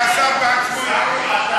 שהשר בעצמו ידבר.